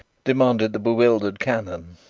demanded the bewildered canon.